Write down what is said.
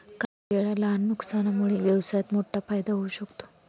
काहीवेळा लहान नुकसानामुळे व्यवसायात मोठा फायदा होऊ शकतो